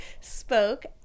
spoke